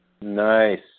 Nice